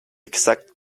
exact